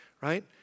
right